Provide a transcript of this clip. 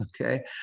okay